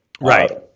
Right